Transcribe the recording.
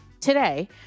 Today